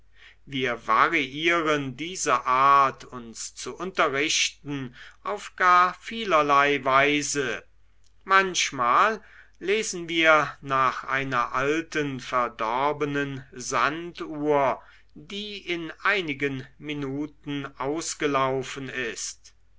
wir variieren diese art uns zu unterrichten auf gar vielerlei weise manchmal lesen wir nach einer alten verdorbenen sanduhr die in einigen minuten ausgelaufen ist